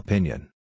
Opinion